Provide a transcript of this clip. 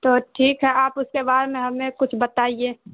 تو ٹھیک ہے آپ اس کے بعد میں ہمیں کچھ بتائیے